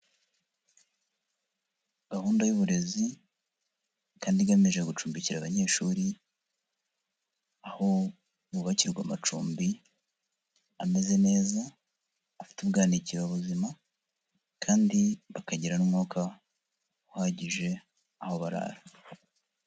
Gahunda y'uburezi kandi igamije gucumbikira abanyeshuri, aho bubakirwa amacumbi, ameze neza, afite ubwanikiro buzima kandi bakagira n'umwuka uhagije aho barara.